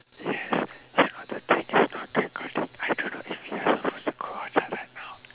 yes you know the thing is not recording I don't know if we are supposed to go outside right now